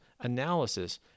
analysis